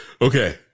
Okay